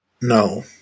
No